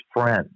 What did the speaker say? friend